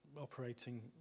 operating